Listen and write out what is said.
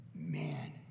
Man